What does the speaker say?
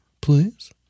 Please